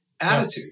Attitude